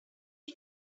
you